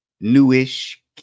newish